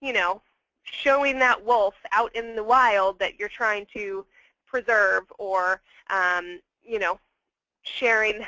you know showing that wolf out in the wild that you're trying to preserve or um you know sharing